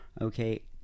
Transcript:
okay